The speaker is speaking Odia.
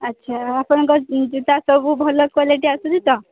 ଆଚ୍ଛା ଆପଣଙ୍କ ଜୋତା ସବୁ ଭଲ କ୍ଵାଲିଟି ଆସୁଛି ତ